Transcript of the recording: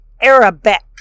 Arabic